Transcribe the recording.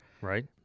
Right